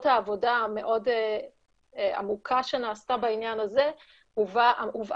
העבודה המאוד עמוקה שנעשתה בעניין הזה הובאה